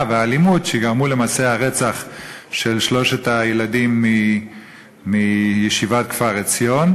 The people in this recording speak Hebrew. והאלימות שגרמו למעשי הרצח של שלושת הילדים מישיבת כפר-עציון,